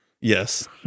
yes